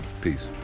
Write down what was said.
Peace